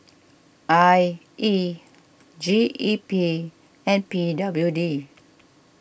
I E G E P and P W D